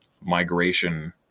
migration